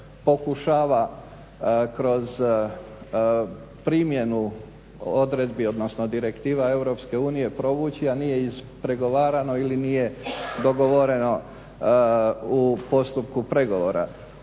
pokušava kroz primjenu odredbi odnosno direktiva EU provući a nije ispregovarano ili nije dogovoreno u postupku pregovora.